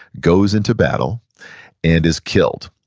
goes into battle and is killed.